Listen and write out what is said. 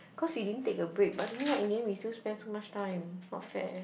cause we didn't take a break but I don't know why in the end we still spend so much time not fair